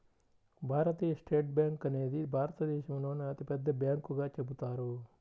భారతీయ state bank అనేది భారతదేశంలోనే అతిపెద్ద బ్యాంకుగా చెబుతారు